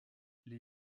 les